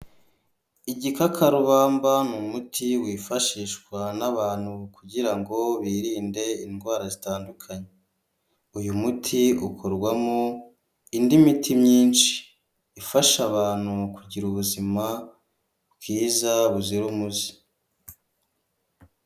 Igikakarubamba ni umuti wifashishwa n'abantu kugira ngo birinde indwara zitandukanye, uyu muti ukorwamo indi miti myinshi, ifasha abantu kugira ubuzima bwiza buzira umuze.